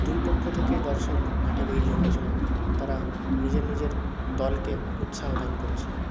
দুই পক্ষ থেকেই দর্শক মাঠে ভিড় জমিয়েছিলেন তারা নিজের নিজের দলকে উৎসাহ দান করছিলেন